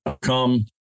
come